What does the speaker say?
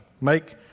Make